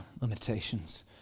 limitations